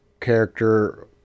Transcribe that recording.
character